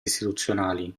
istituzionali